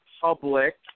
public